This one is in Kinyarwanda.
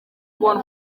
kubona